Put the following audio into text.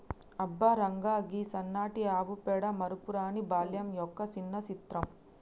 అబ్బ రంగా, గీ సన్నటి ఆవు పేడ మరపురాని బాల్యం యొక్క సిన్న చిత్రం